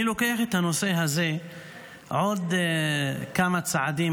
אני לוקח את הנושא הזה עוד כמה צעדים